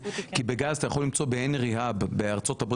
כי בגז אתה יכול למצוא ב- Henry Hub בארצות הברית